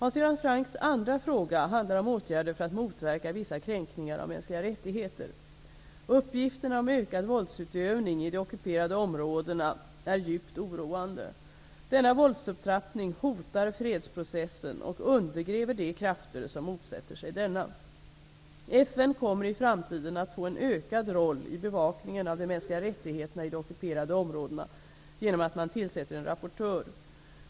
Hans Göran Francks andra fråga handlar om åtgärder för att motverka vissa kränkningar av mänskliga rättigheter. Uppgifterna om ökad våldsutövning i de ockuperade områdena är djupt oroande. Denna våldsupptrappning hotar fredsprocessen och undergräver de krafter som motsätter sig denna. FN kommer i framtiden att få en ökad roll i bevakningen av de mänskliga rättigheterna i de ockuperade områdena, genom att man tillsätter en rapportör.